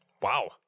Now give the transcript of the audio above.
Wow